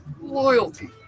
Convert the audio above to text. Loyalty